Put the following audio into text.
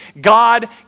God